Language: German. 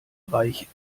reich